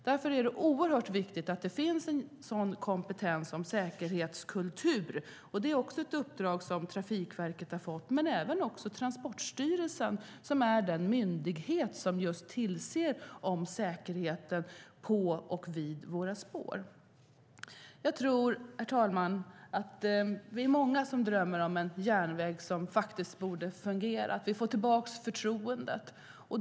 Därför är det oerhört viktigt att det finns en kompetens om säkerhetskultur, och det är också ett uppdrag Trafikverket har fått. Även Transportstyrelsen, som är den myndighet som tillser säkerheten på och vid våra spår, har fått det uppdraget. Jag tror, herr talman, att vi är många som drömmer om en järnväg som faktiskt fungerar och om att vi får tillbaka förtroendet.